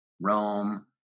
Rome